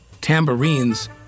tambourines